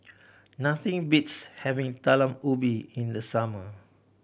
nothing beats having Talam Ubi in the summer